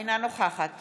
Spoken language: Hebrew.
אינה נוכחת